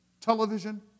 Television